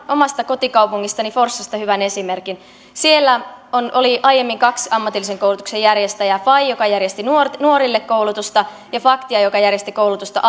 omasta kotikaupungistani forssasta hyvän esimerkin siellä oli aiemmin kaksi ammatillisen koulutuksen järjestäjää fai joka järjesti nuorille nuorille koulutusta ja faktia joka järjesti koulutusta